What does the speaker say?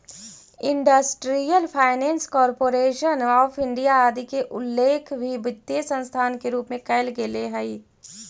industrial finance corporation of India आदि के उल्लेख भी वित्तीय संस्था के रूप में कैल गेले हइ